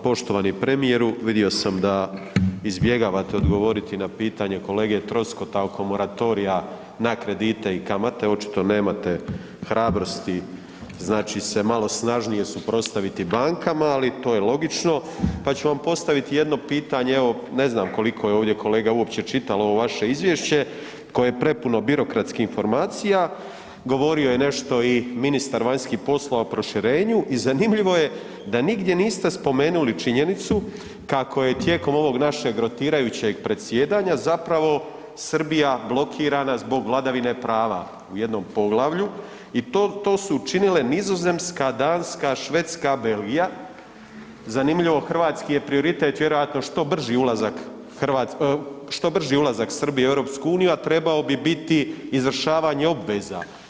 Poštovani premijeru vidio sam da izbjegavate odgovoriti na pitanje kolege Troskota oko moratorija na kredite i kamate očito nemate hrabrosti znači se malo snažnije suprotstaviti bankama, ali to je logično pa ću vam postaviti jedno pitanje evo ne znam koliko je ovdje kolega uopće čitalo ovo vaše izvješće koje je prepuno birokratskih informacija, govorio je nešto i ministar vanjskih poslova o proširenju i zanimljivo je da nigdje niste spomenuli činjenicu kako je tijekom ovog našeg rotirajućeg predsjedanja zapravo Srbija blokirana zbog vladavine prava u jednom poglavlju i to su učinile Nizozemska, Danska, Švedska, Belgija, zanimljivo hrvatski je prioritet vjerojatno što brži ulazak Srbije u EU, a trebao bi biti izvršavanje obaveza.